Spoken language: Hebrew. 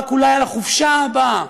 רק אולי על החופשה הבאה,